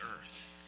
earth